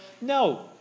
no